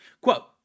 Quote